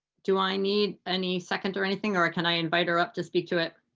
do i need any second or anything or can i invite her up to speak to it.